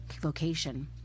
vocation